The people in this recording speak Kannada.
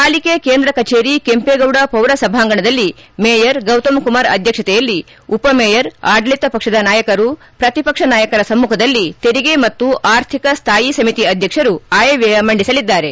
ಪಾಲಿಕೆ ಕೇಂದ್ರ ಕಭೇರಿ ಕೆಂಪೇಗೌಡ ಪೌರ ಸಭಾಂಗಣದಲ್ಲಿ ಮೇಯರ್ ಗೌತಮ್ ಕುಮಾರ್ ಅಧ್ಯಕ್ಷತೆಯಲ್ಲಿ ಉಪಮೇಯರ್ ಆಡಳಿತ ಪಕ್ಷದ ನಾಯಕರು ಪ್ರತಿಪಕ್ಷ ನಾಯಕರ ಸಮ್ಮಖದಲ್ಲಿ ತೆರಿಗೆ ಮತ್ತು ಆರ್ಥಿಕ ಸ್ಥಾಯಿ ಸಮಿತಿ ಅಧ್ಯಕ್ಷರು ಆಯವ್ದಯ ಮಂಡಿಸಲಿದ್ದಾರೆ